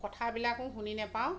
কথাবিলাকো শুনি নাপাওঁ